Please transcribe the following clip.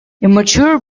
immature